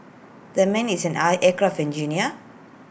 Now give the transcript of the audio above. that man is an aircraft engineer